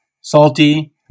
salty